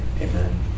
Amen